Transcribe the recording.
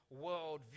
worldview